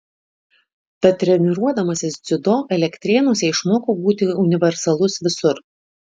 tad treniruodamasis dziudo elektrėnuose išmokau būti universalus visur